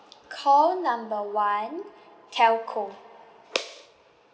call number one telco